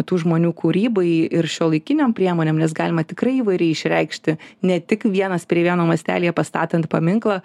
tų žmonių kūrybai ir šiuolaikinėm priemonėm nes galima tikrai įvairiai išreikšti ne tik vienas prie vieno mastelyje pastatant paminklą